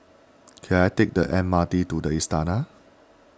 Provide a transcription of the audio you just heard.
can I take the M R T to the Istana